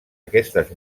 aquestes